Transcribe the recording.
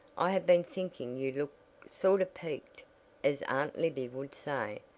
i have been thinking you look sort of peaked as aunt libby would say.